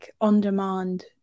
on-demand